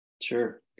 Sure